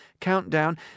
countdown